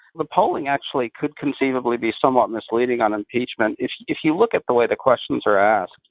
the polling actually could conceivably be somewhat misleading on impeachment. if if you look at the way the questions are asked,